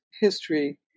history